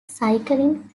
cycling